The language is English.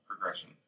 Progression